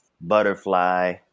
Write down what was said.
Butterfly